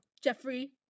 Jeffrey